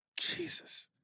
Jesus